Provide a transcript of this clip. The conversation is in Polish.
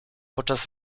podczas